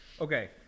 Okay